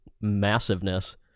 massiveness